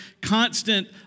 constant